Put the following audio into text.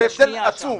זה הבדל עצום.